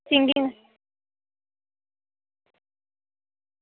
Hindi